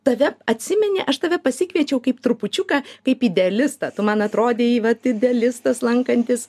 tave atsimeni aš tave pasikviečiau kaip trupučiuką kaip idealistą tu man atrodei vat idealistas lankantys